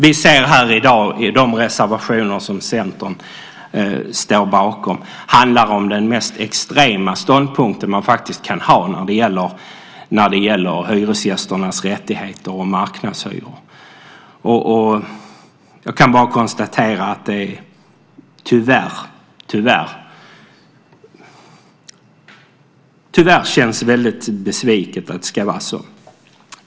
I de reservationer som Centern står bakom i dag framkommer den mest extrema ståndpunkt som man faktiskt kan ha när det gäller hyresgästernas rättigheter och marknadshyror. Jag kan bara konstatera att jag tyvärr känner mig väldigt besviken över att det ska vara så.